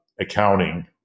accounting